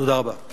תודה רבה.